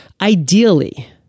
ideally